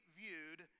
viewed